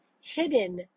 hidden